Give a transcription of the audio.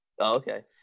okay